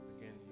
again